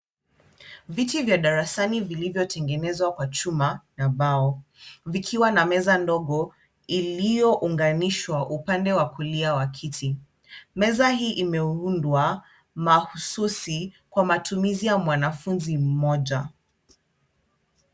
Viti vya darasani vilivyotengenezwa kwa chuma na mbao, vikiwa na meza ndogo iliyounganishwa upande wa kulia wa kiti. Meza hii imeundwa mahususi kwa matumizi ya mwanafunzi mmoja.